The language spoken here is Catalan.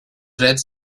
drets